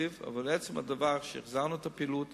אבל עצם הדבר שהחזרנו את הפעילות,